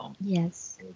Yes